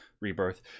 Rebirth